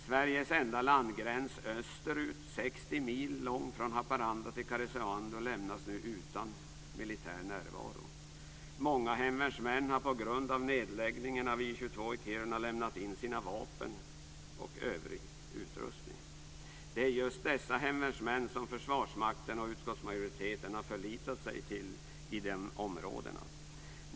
Sveriges enda landgräns österut - 60 mil lång, från Haparanda till Karesuando - lämnas nu utan militär närvaro. Många hemvärnsmän har på grund av nedläggningen av I 22 i Kiruna lämnat in sina vapen och övrig utrustning. Det är just dessa hemvärnsmän som Försvarsmakten och utskottsmajoriteten har förlitat sig på i de här områdena.